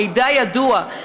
המידע ידוע,